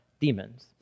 demons